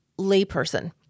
layperson